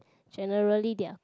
generally they are